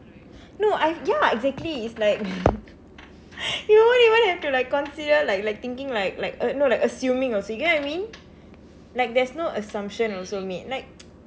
no I ya exactly it's like you don't even have to like consider like like thinking like like uh you know like assuming also you get what I mean like there's no assumption also made like